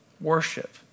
Worship